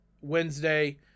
Wednesday